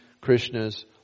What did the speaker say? Krishna's